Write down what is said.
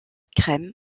crème